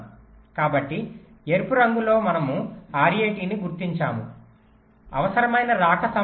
కాబట్టి ఎరుపు రంగులో మనము RAT ను గుర్తించాము అవసరమైన రాక సమయం